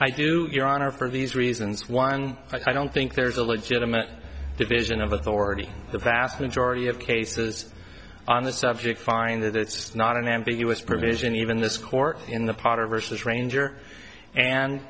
i do your honor for these reasons one i don't think there's a legitimate division of authority the vast majority of cases on the subject find that it's not an ambiguous provision even this court in the potter versus ranger and